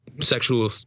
sexual